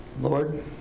Lord